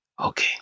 Okay